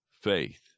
faith